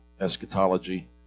eschatology